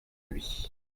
lui